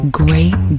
great